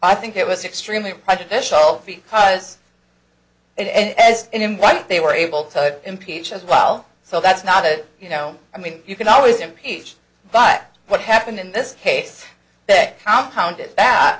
i think it was extremely prejudicial because and as in why they were able to impeach as well so that's not it you know i mean you can always impeach but what happened in this case that compound it that